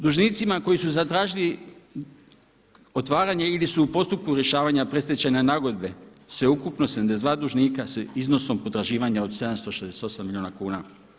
Dužnicima koji su zatražili otvaranje ili su u postupku rješavanja predstečajne nagodbe sveukupno 72 dužnika s iznosom potraživanja od 768 milijuna kuna.